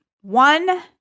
One